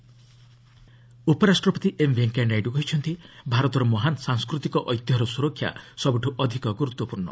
vice president ଉପରାଷ୍ଟ୍ରପତି M Venkaiah Naidu କହିଛନ୍ତି ଭାରତର ମହାନ୍ ସାଂସ୍କୃତିକ ଐତିହ୍ୟର ସୁରକ୍ଷା ସବୁଠୁ ଅଧିକ ଗୁରୁତ୍ୱପୂର୍ଷ୍ଣ